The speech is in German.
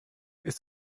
ist